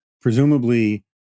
presumably